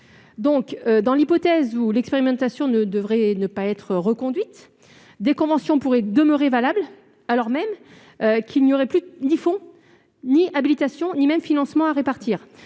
dans l'hypothèse où l'expérimentation devrait ne pas être reconduite, des conventions pourraient demeurer valables, alors même qu'il n'y aurait plus ni fonds, ni habilitation, ni même financement à répartir.